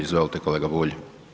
Izvolte kolega Bulj.